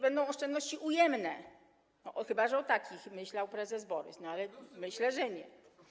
Będą oszczędności ujemne, chyba że o takich myślał prezes Borys, ale myślę, że nie.